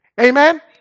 Amen